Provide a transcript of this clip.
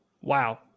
Wow